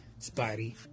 spidey